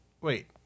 Wait